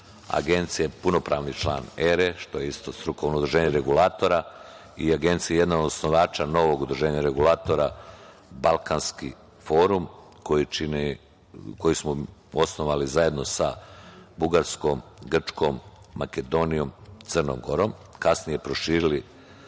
Agencija je punopravni član ERE, što je isto strukovno udruženje regulatora. Agencija je jedna od osnivača novog udruženja regulatora "Balkanskiforum", koji smo osnovali zajedno sa Bugarskom, Grčkom, Makedonijom, Crnom Gorom, kasnije proširili